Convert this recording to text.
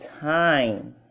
time